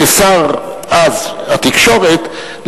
כשר התקשורת דאז,